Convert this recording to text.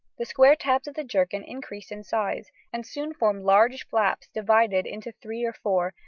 the square tabs of the jerkin increased in size, and soon formed large flaps divided into three or four,